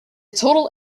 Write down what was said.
total